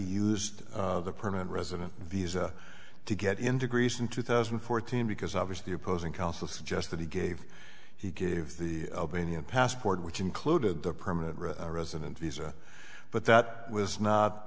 used the permanent resident visa to get into greece in two thousand and fourteen because obviously opposing counsel suggest that he gave he gave the opening a passport which included the permanent road resident visa but that was not